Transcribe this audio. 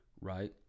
right